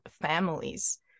families